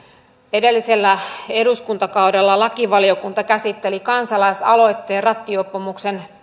edellisellä eduskuntakaudella lakivaliokunta käsitteli kansalaisaloitteen rattijuopumuksen